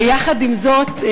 יחד עם זאת,